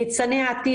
ניצני העתיד.